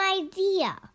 idea